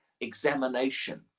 examination